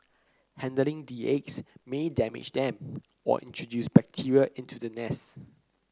handling the eggs may damage them or introduce bacteria into the nest